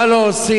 מה לא עושים?